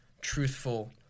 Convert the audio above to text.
truthful